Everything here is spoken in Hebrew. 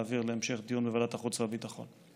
ולהעביר להמשך דיון בוועדת החוץ והביטחון.